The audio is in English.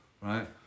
right